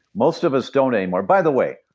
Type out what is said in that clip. most of us don't anymore. by the way,